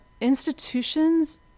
institutions